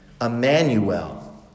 Emmanuel